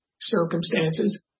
circumstances